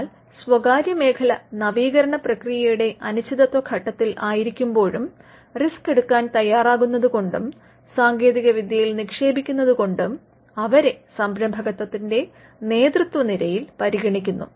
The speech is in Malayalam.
എന്നാൽ സ്വകാര്യ മേഖല നവീകരണപ്രക്രിയയുടെ അനിശ്ചിതത്വഘട്ടത്തിൽ ആയിരിക്കുമ്പോഴും റിസ്ക് എടുക്കാൻ തയാറാകുന്നത് കൊണ്ടും സാങ്കേതികവിദ്യയിൽ നിക്ഷേപിക്കുന്നത് കൊണ്ടും അവരെ സംരഭകത്വത്തിന്റെ നേതൃത്വനിരയിൽ പരിഗണിക്കുന്നു